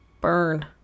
Burn